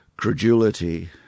Credulity